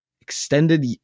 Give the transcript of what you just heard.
Extended